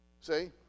See